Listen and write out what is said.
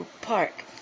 Park